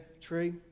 tree